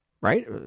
Right